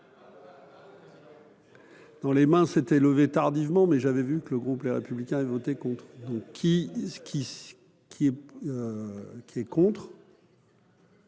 Dans les mains, s'était levé tardivement mais j'avais vu que le groupe Les Républicains et voter voté contre, donc qui qui qui est